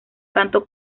canto